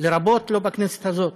לרבות לא בכנסת הזאת.